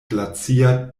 glacia